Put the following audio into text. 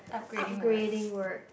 upgrading works